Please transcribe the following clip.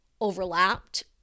overlapped